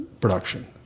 production